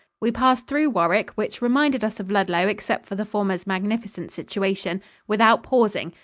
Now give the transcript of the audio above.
we passed through warwick which reminded us of ludlow except for the former's magnificent situation without pausing,